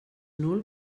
nul